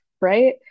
right